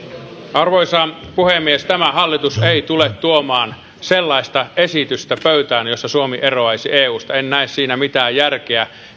arvoisa puhemies tämä hallitus ei tule tuomaan sellaista esitystä pöytään jossa suomi eroaisi eusta en näe siinä mitään järkeä